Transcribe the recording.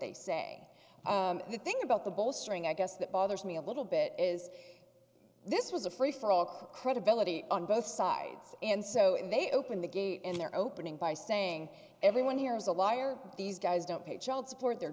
they say the thing about the bolstering i guess that bothers me a little bit is this was a free for all credibility on both sides and so they opened the gate in their opening by saying everyone here is a liar these guys don't pay child support their